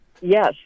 Yes